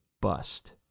bust